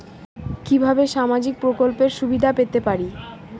কিভাবে সামাজিক প্রকল্পের সুবিধা পেতে পারি?